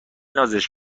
نازش